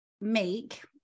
make